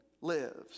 lives